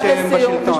אבל לא כשהם בשלטון.